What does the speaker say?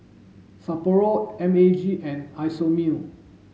Sapporo M A G and Isomil